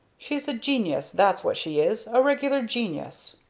she's a genius, that's what she is a regular genius.